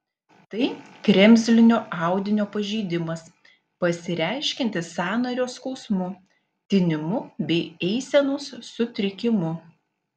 tai kremzlinio audinio pažeidimas pasireiškiantis sąnario skausmu tinimu bei eisenos sutrikimu